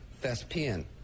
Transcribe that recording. thespian